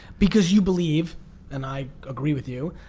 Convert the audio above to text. because you believe and i agree with you,